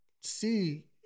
see